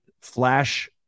Flash